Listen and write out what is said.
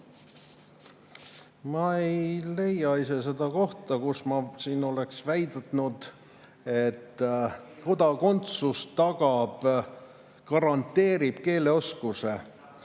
Ma ei leia ise seda kohta, kus ma oleks väitnud, et kodakondsus garanteerib keeleoskuse.